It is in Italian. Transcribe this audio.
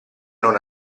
non